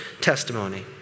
testimony